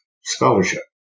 scholarship